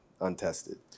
untested